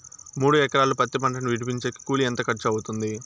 మూడు ఎకరాలు పత్తి పంటను విడిపించేకి కూలి ఎంత ఖర్చు అవుతుంది?